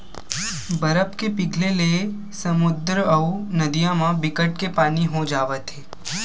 बरफ के पिघले ले समुद्दर अउ नदिया म बिकट के पानी हो जावत हे